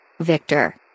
Victor